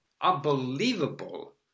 unbelievable